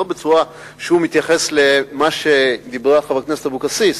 לא בצורה שהוא מתייחס למה שאמרה חברת הכנסת אבקסיס,